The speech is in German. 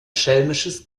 schelmisches